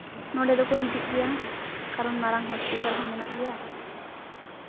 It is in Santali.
ᱱᱚᱸᱰᱮ ᱫᱚᱠᱚ ᱦᱤᱡᱩᱜ ᱜᱮᱭᱟ ᱠᱟᱨᱚᱱ ᱢᱟᱨᱟᱝ ᱦᱚᱥᱯᱤᱴᱟᱞ ᱦᱚᱸ ᱢᱮᱱᱟᱜ ᱞᱮᱭᱟ